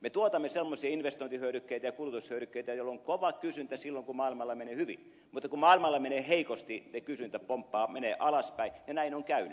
me tuotamme semmoisia investointihyödykkeitä ja kulutushyödykkeitä joilla on kova kysyntä silloin kun maailmalla menee hyvin mutta kun maailmalla menee heikosti se kysyntä pomppaa menee alaspäin ja näin on käynyt